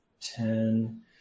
Ten